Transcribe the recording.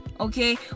okay